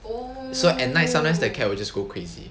so at night sometimes the cat we just go crazy